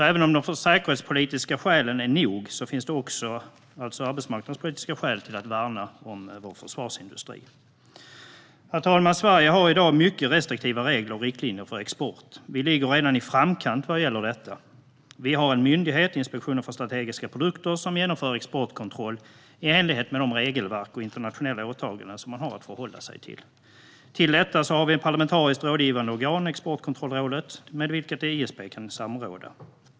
Även om de säkerhetspolitiska skälen är nog finns det alltså också arbetsmarknadspolitiska skäl för att värna vår försvarsindustri. Herr talman! Sverige har i dag mycket restriktiva regler och riktlinjer för export. Vi ligger redan i framkant vad gäller detta. Vi har en myndighet, Inspektionen för strategiska produkter, som genomför exportkontroll i enlighet med de regelverk och internationella åtaganden man har att förhålla sig till. Till detta har vi ett parlamentariskt rådgivande organ, Exportkontrollrådet, med vilket ISP kan samråda.